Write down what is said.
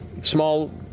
Small